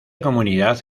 comunidad